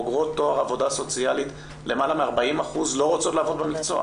מבוגרות התואר לעבודה סוציאלית לא רוצות לעבוד במקצוע?